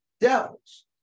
devils